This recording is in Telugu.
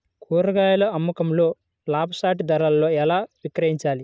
కూరగాయాల అమ్మకంలో లాభసాటి ధరలలో ఎలా విక్రయించాలి?